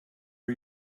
are